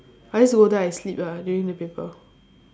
I just go there I sleep lah during the paper